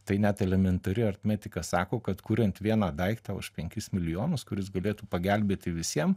tai net elementari aritmetika sako kad kuriant vieną daiktą už penkis milijonus kuris galėtų pagelbėti visiem